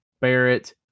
barrett